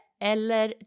eller